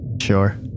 Sure